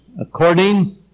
According